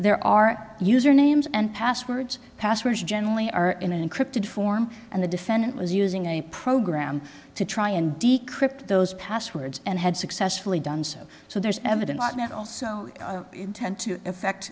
there are usernames and passwords passwords generally are in an encrypted form and the defendant was using a program to try and d crip those passwords and had successfully done so so there's evidence also intent to effect